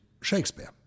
Shakespeare